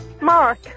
Mark